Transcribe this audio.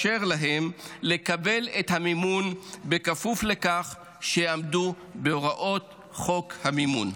ולאפשר להם לקבל את המימון בכפוף לכך שיעמדו בהוראת חוק המימון.